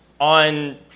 on